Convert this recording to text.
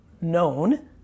known